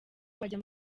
bajya